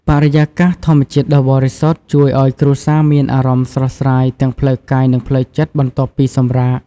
បរិយាកាសធម្មជាតិដ៏បរិសុទ្ធជួយឲ្យគ្រួសារមានអារម្មណ៍ស្រស់ស្រាយទាំងផ្លូវកាយនិងផ្លូវចិត្តបន្ទាប់ពីសម្រាក។